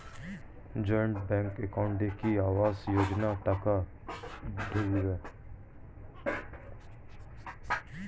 Joint bank একাউন্টে কি আবাস যোজনা টাকা ঢুকবে?